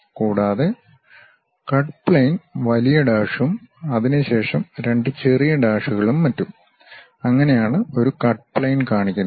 കൂടാതെ cut plane വലിയ ഡാഷും അതിനുശേഷം രണ്ട് ചെറിയ ഡാഷുകളും മറ്റും അങ്ങനെ ആണ് ഒരു കട്ട് പ്ലെയിൻ കാണിക്കുന്നത്